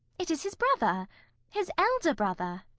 it is his brother his elder brother.